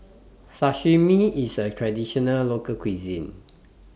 Sashimi IS A Traditional Local Cuisine